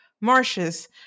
marshes